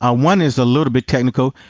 ah one is a little bit technical.